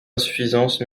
insuffisances